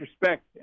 respect